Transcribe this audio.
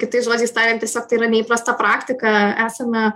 kitais žodžiais tariant tiesiog tai yra neįprasta praktika esame